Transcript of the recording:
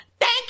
Thank